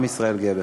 עם ישראל גאה בך.